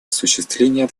осуществления